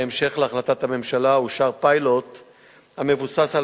בהמשך להחלטת הממשלה אושר פיילוט המבוסס על